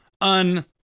un